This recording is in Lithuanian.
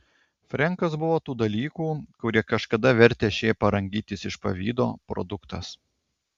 frenkas buvo tų dalykų kurie kažkada vertė šėpą rangytis iš pavydo produktas